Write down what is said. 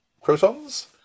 Crotons